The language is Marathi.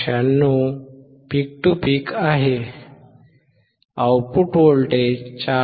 96 पीक टू पीक आहे आउटपुट व्होल्टेज 4